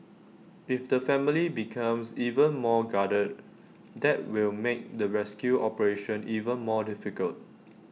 if the family becomes even more guarded that will make the rescue operation even more difficult